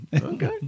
Okay